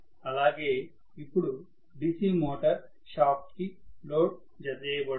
అలాగే ఇప్పుడు DC motor shaft కి లోడ్ జత చేయబడుతుంది